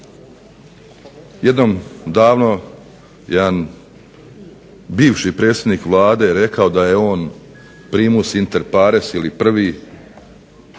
jednom davno jedan bivši predsjednik vlade je rekao da je on "Primus inter pares" ili "Prvi